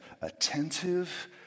attentive